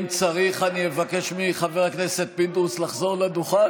אם צריך אני אבקש מחבר הכנסת פינדרוס לחזור לדוכן,